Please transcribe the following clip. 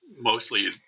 Mostly